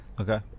Okay